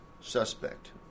suspect